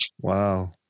Wow